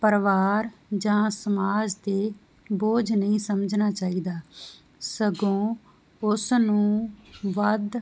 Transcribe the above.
ਪਰਿਵਾਰ ਜਾਂ ਸਮਾਜ ਤੇ ਬੋਝ ਨਹੀਂ ਸਮਝਣਾ ਚਾਹੀਦਾ ਸਗੋਂ ਉਸ ਨੂੰ ਵੱਧ